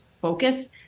focus